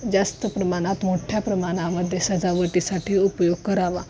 जास्त प्रमाणात मोठ्या प्रमाणामध्ये सजावटीसाठी उपयोग करावा